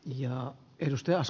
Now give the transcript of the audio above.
ja jos teos